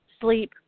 sleep